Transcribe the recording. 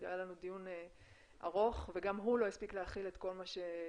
היה לנו דיון ארוך וגם הוא לא הספיק להכיל את כל מה שיש,